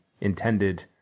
intended